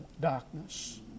darkness